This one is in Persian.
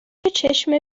چشم